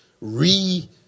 re